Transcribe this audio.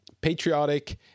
patriotic